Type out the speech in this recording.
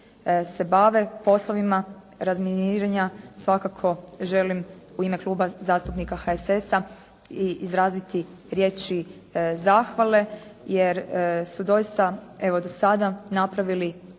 se bave poslovima razminiranja, svakako želim u ime Kluba zastupnika HSS-a izraziti riječi zahvale, jer su doista evo do sada napravili